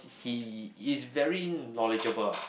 he is very knowledgeable ah